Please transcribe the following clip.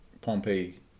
Pompey